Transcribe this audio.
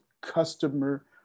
customer